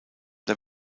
der